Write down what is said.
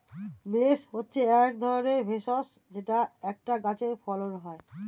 mace হচ্ছে এক ধরনের ভেষজ যেটা একটা গাছে ফলন হয়